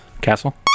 castle